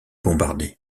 bombardée